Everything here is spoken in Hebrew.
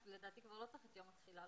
לדעתי כבר לא צריך את יום התחילה.